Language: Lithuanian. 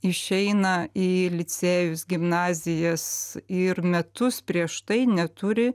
išeina į licėjus gimnazijas ir metus prieš tai neturi